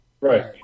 Right